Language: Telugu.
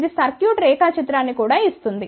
ఇది సర్క్యూట్ రేఖాచిత్రాన్ని కూడా ఇస్తుంది